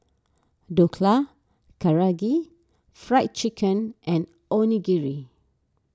Dhokla Karaage Fried Chicken and Onigiri